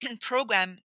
program